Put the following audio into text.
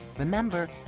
Remember